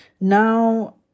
Now